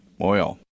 oil